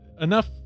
enough